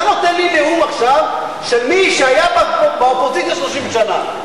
אתה נותן לי נאום עכשיו של מי שהיה באופוזיציה 30 שנה.